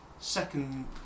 second